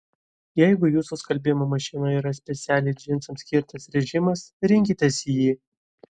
jeigu jūsų skalbimo mašinoje yra specialiai džinsams skirtas režimas rinkitės jį